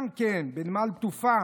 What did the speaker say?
גם בנמל התעופה